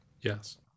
Yes